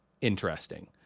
interesting